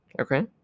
Okay